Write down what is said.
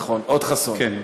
עוד חסוֹן.